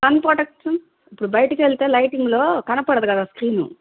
కన్ను ప్రొడక్షన్ ఇప్పుడు బయటికి వెళితే లైటింగ్లో కనపడదు కదా స్క్రీన్